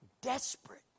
desperate